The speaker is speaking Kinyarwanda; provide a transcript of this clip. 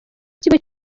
kimwe